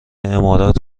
امارات